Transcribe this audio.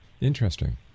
Interesting